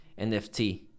nft